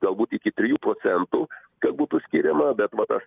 galbūt iki trijų procentų kad būtų skiriama bet va tas